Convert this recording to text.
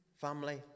family